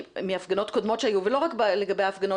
מהפגנות קודמות שהיו ולא רק לגבי ההפגנות